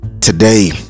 today